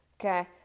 Okay